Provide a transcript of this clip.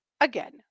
Again